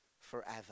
forever